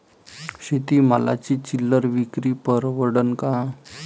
शेती मालाची चिल्लर विक्री परवडन का?